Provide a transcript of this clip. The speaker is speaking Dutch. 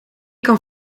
kan